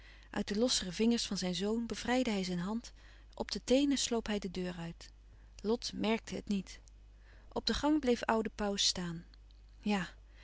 uit de lossere vingers van zijn zoon bevrijdde hij zijn hand op de teenen sloop hij de deur uit lot merkte het niet op de gang bleef oude pauws staan ja